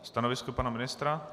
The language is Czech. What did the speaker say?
Stanovisko pana ministra?